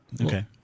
okay